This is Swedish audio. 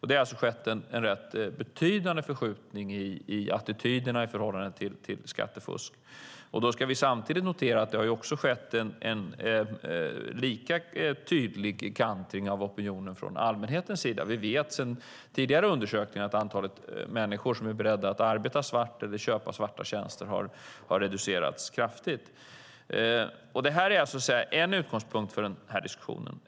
Det har alltså skett en rätt betydande förskjutning i attityderna till skattefusk. Vi ska samtidigt notera att det har skett en lika tydlig kantring av opinionen från allmänhetens sida. Vi vet sedan tidigare undersökningar att antalet människor som är beredda att arbeta svart eller att köpa svarta tjänster har reducerats kraftigt. Det här är en utgångspunkt för diskussionen.